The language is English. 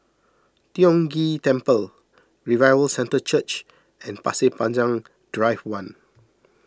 Tiong Ghee Temple Revival Centre Church and Pasir Panjang Drive one